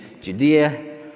Judea